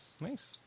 Nice